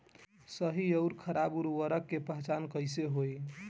सही अउर खराब उर्बरक के पहचान कैसे होई?